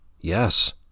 Yes